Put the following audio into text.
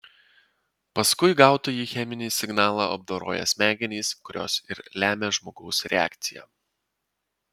paskui gautąjį cheminį signalą apdoroja smegenys kurios ir lemia žmogaus reakciją